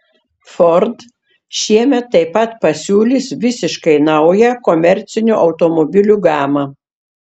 ford šiemet taip pat pasiūlys visiškai naują komercinių automobilių gamą